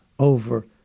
over